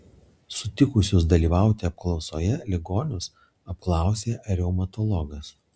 sutikusius dalyvauti apklausoje ligonius apklausė reumatologas